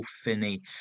Finney